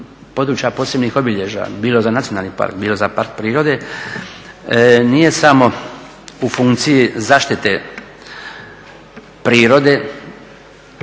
područja posebnih obilježja bilo za nacionalni park, bilo za park prirode nije samo u funkciji zaštite prirode,